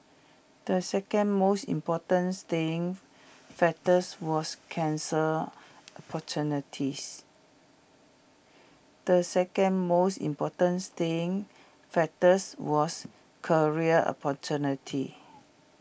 the second most important staying factors was cancer opportunities the second most important staying factors was career opportunity